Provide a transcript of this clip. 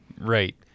Right